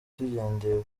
tugendeye